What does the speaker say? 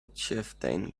chieftain